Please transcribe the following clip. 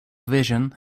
vision